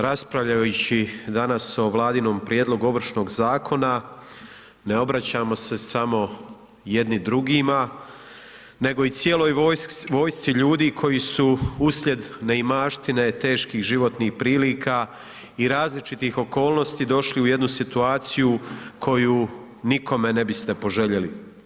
Raspravljajući danas o Vladinom prijedlogu Ovršnog zakona ne obraćamo se samo jedni drugima nego i cijeloj vojsci ljudi koji su uslijed neimaštine, teških životnih prilika i različitih okolnosti došli u jednu situaciju koju nikome ne biste poželjeli.